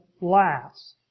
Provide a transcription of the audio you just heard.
last